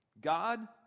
God